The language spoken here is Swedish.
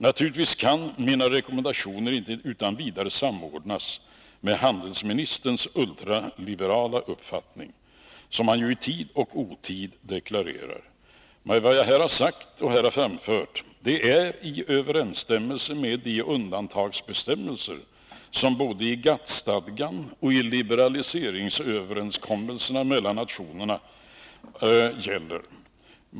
Naturligtvis kan mina rekommendationer inte utan vidare samordnas med handelsministerns ultraliberala uppfattning, som han i tid och otid deklarerar. Men vad jag här har framfört är i överensstämmelse med de undantagsbestämmelser som återfinns både i GATT-stadgan och i liberaliseringsöverenskommelserna mellan nationerna.